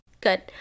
good